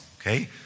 Okay